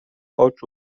oczu